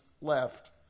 left